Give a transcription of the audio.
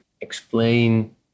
explain